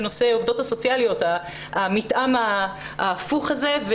בנושא העובדות הסוציאליות עם המתאם ההפוך הזה.